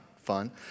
fun